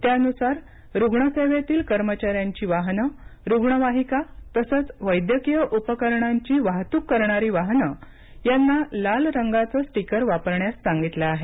त्यानुसार रुग्णसेवेतील कर्मचाऱ्यांची वाहनं रुग्णवाहिका तसंच वैद्यकीय उपकरणांची वाहतूक करणारी वाहनं यांना लाल रंगाचं स्टिकर वापरण्यास सांगितलं आहे